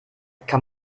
kann